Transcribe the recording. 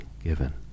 given